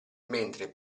mentre